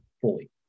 fully